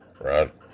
Right